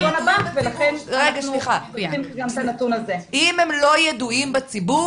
אם הם לא ידועים בציבור,